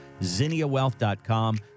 ZinniaWealth.com